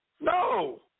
No